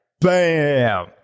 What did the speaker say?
bam